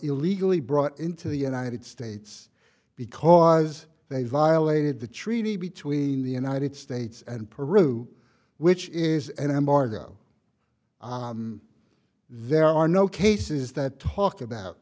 illegally brought into the united states because they violated the treaty between the united states and peru which is an embargo there are no cases that talk about